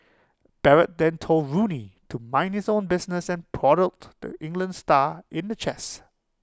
Barrett then told Rooney to mind his own business and prodded the England star in the chest